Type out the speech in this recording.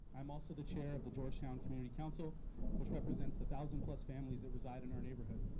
i'm also the chair of the georgetown community council which represents the thousand plus families that reside in our neighborhood.